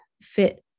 fit